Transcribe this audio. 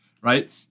right